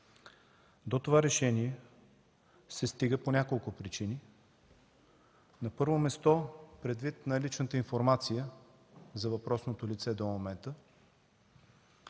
До това решение се стига по няколко причини. На първо място, предвид наличната информация за въпросното лице до момента: